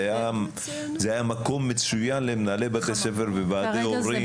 זה היה מקום מצוין למנהלי בתי ספר ו-וועדי הורים.